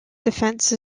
defense